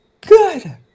good